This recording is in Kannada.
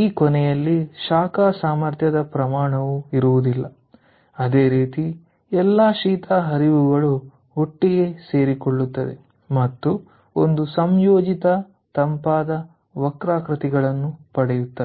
ಈ ಕೊನೆಯಲ್ಲಿ ಶಾಖ ಸಾಮರ್ಥ್ಯದ ಪ್ರಮಾಣವು ಇರುವುದಿಲ್ಲ ಅದೇ ರೀತಿ ಎಲ್ಲಾ ಶೀತ ಹರಿವುಗಳು ಒಟ್ಟಿಗೆ ಸೇರಿಕೊಳ್ಳುತ್ತವೆ ಮತ್ತು ಒಂದು ಸಂಯೋಜಿತ ತಂಪಾದ ವಕ್ರಾಕೃತಿಗಳನ್ನು ಪಡೆಯುತ್ತೇವೆ